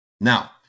now